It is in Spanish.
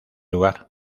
lugar